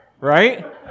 right